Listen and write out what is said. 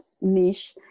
niche